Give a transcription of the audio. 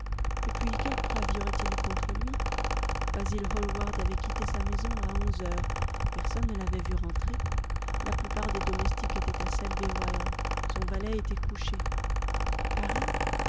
et puis quelles preuves y aurait-il contre lui basil hallward avait quitté sa maison à onze heures personne ne l'avait vu rentrer la plupart des domestiques étaient à selby royal son valet était couché paris